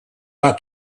ought